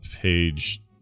Page